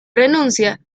renuncia